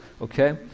okay